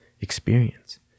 experience